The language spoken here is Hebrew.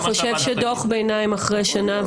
אז אתה חושב דוח ביניים אחרי שנה,